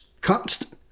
constant